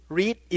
read